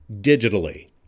digitally